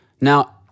Now